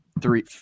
three